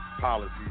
policy